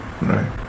right